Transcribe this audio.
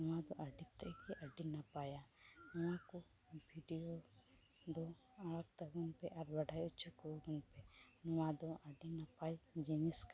ᱱᱚᱣᱟᱫᱚ ᱟᱹᱰᱤ ᱛᱮᱫ ᱜᱮ ᱟᱹᱰᱤ ᱱᱟᱯᱟᱭᱟ ᱱᱚᱣᱟᱠᱚ ᱵᱷᱤᱰᱤᱭᱳ ᱫᱚ ᱟᱲᱟᱜ ᱛᱟᱵᱚᱱᱯᱮ ᱟᱨ ᱵᱟᱰᱟᱭ ᱚᱪᱚᱠᱚ ᱛᱟᱵᱚᱱᱯᱮ ᱱᱚᱣᱟᱫᱚ ᱟᱹᱰᱤ ᱱᱟᱯᱟᱭ ᱡᱤᱱᱤᱥ ᱠᱟᱱᱟ